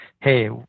hey